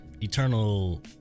Eternal